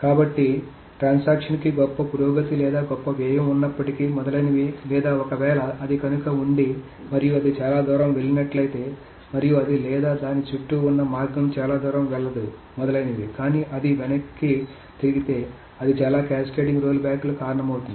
కాబట్టి ట్రాన్సాక్షన్ కి గొప్ప పురోగతి లేదా గొప్ప వ్యయం ఉన్నప్పటికీ మొదలైనవి లేదా ఒకవేళ అది కనుక ఉండి మరియు అది చాలా దూరం వెళ్లినట్లయితే మరియు అది లేదా దాని చుట్టూ ఉన్న మార్గం చాలా దూరం వెళ్ళలేదు మొదలైనవి కానీ అది వెనక్కి తిరిగితే అది చాలా క్యాస్కేడింగ్ రోల్బ్యాక్లకు కారణమవుతుంది